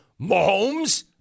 Mahomes